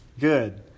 Good